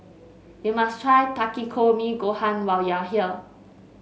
you must try Takikomi Gohan when you are here